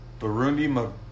Burundi